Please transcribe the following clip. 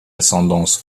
ascendance